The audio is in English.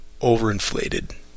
overinflated